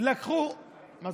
לקחו את